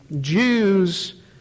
Jews